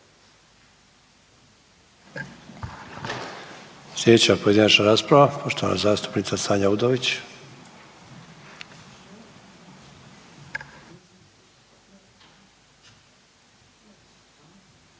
Slijedeća pojedinačna rasprava poštovana zastupnica Sanja Udović.